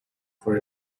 for